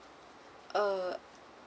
uh